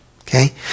Okay